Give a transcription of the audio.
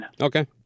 Okay